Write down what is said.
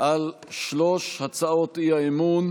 על שלוש הצעות האי-אמון.